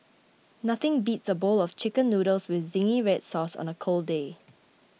nothing beats a bowl of Chicken Noodles with Zingy Red Sauce on a cold day